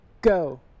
Go